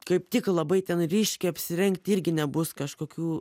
kaip tik labai ten ryškiai apsirengti irgi nebus kažkokių